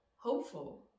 hopeful